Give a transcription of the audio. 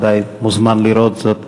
ודאי מוזמן לראות זאת